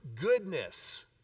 goodness